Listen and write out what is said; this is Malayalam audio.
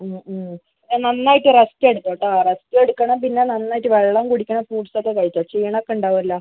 പിന്നെ നന്നായിട്ട് റെസ്റ്റ് എടുക്കു കേട്ടോ റെസ്റ്റ് എടുക്കണം പിന്നെ നന്നായിട്ട് വെള്ളം കുടിക്കണം ഫ്രൂട്ട്സൊക്കെ കഴിച്ചോ ക്ഷീണമൊക്കെ ഉണ്ടാകുമല്ലോ